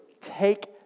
take